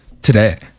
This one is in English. Today